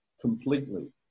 completely